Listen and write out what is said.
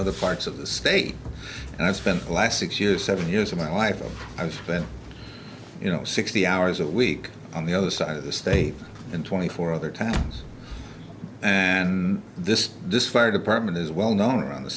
other parts of the state and i spent the last six years seven years of my life i spent you know sixty hours a week on the other side of the state in twenty four other towns and this this fire department is well known around the